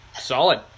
Solid